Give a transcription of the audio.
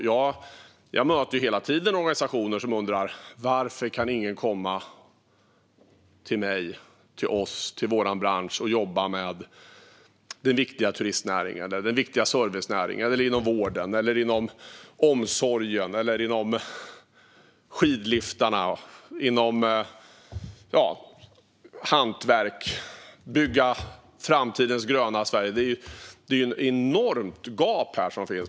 Jag möter hela tiden organisationer som undrar: Varför kan ingen komma till mig, till oss, till vår bransch och jobba med den viktiga turistnäringen eller den viktiga servicenäringen eller inom vården och omsorgen, med skidliftarna, med hantverk och med att bygga framtidens gröna Sverige? Det är ett enormt gap här.